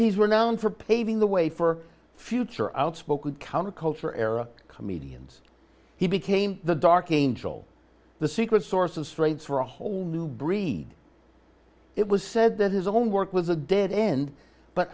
renowned for paving the way for future outspoken counterculture era comedians he became the dark angel the secret source of straights for a whole new breed it was said that his own work was a dead end but